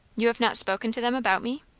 you have not spoken to them about me?